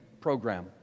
program